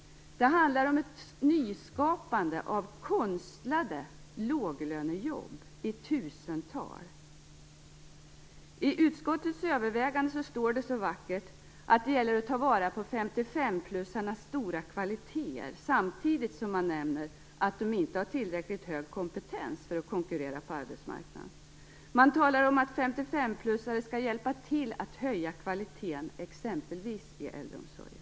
Det handlar om ett nyskapande av konstlade låglönejobb i tusental. I utskottets övervägande står det så vackert att det gäller att ta vara på 55-plussarnas stora kvaliteter. Samtidigt nämner man att de inte har tillräckligt hög kompetens för att konkurrera på arbetsmarknaden. Man talar om att 55-plussare skall hjälpa till att höja kvaliteten i exempelvis äldreomsorgen.